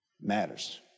matters